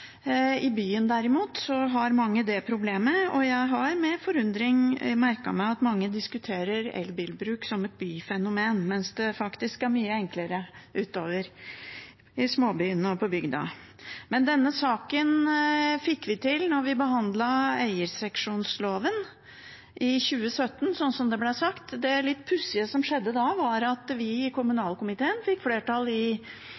I byen, derimot, har mange dette problemet. Jeg har med forundring merket meg at mange diskuterer elbilbruk som et byfenomen, mens det faktisk er mye enklere utover i småbyene og på bygda. Denne saken fikk vi til da vi behandlet eierseksjonsloven i 2017, som det ble sagt. Det litt pussige som skjedde da, var at vi i kommunalkomiteen fikk flertall i